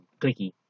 clicky